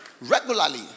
Regularly